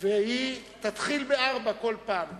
והיא תתחיל ב-16:00 כל פעם,